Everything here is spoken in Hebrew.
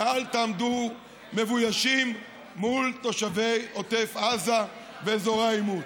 ואל תעמדו מבוישים מול תושבי עוטף עזה ואזורי העימות.